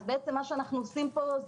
אז בעצם מה שאנחנו עושים פה,